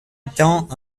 étant